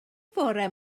fore